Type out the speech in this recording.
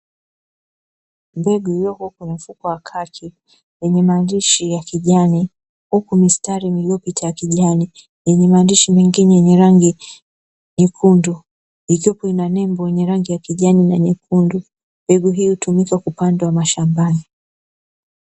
Mbegu iliyokuwa kuna siku wakati yenye maandishi ya kijani huku mistari niliyopita ya kijani yenye maandishi mengine yenye rangi nyekundu ina nembo ni rangi ya kijani na nyekundu mbegu hiyo tulizo upande wa mashambani.